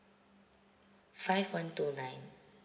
five one two nine